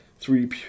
three